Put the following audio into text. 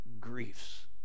griefs